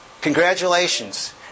Congratulations